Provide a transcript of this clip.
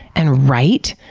and write,